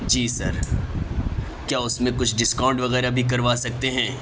جی sir کیا اس میں کچھ ڈسکاؤنٹ وغیرہ بھی کروا سکتے ہیں